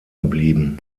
geblieben